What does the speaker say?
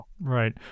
Right